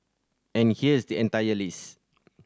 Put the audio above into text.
and here's the entire list